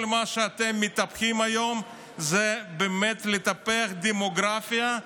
כל מה שאתם מטפחים היום זה באמת לטפח דמוגרפיה,